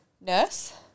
nurse